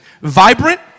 vibrant